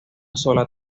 sola